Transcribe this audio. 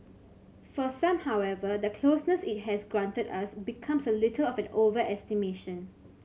for some however the closeness it has granted us becomes a little of an overestimation